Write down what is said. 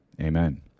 amen